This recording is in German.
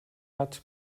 hat